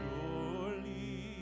Surely